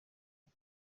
aka